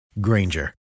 Granger